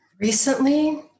Recently